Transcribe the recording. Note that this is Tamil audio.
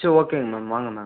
சரி ஓகேங்க மேம் வாங்க மேம்